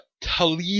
Talib